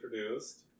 introduced